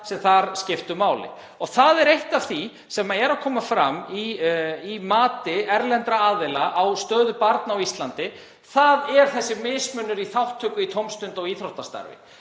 sem þar skiptu máli. Það er eitt af því sem kemur fram í mati erlendra aðila á stöðu barna á Íslandi, þ.e. þessi mismunur á þátttöku í tómstunda- og íþróttastarfi.